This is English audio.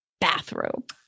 bathrobe